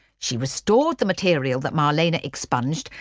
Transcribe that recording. she restored the material that marlene expunged,